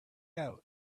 out